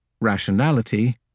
rationality